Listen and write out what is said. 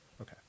okay